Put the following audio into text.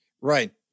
Right